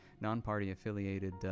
non-party-affiliated